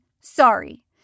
sorry